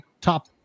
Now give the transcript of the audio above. top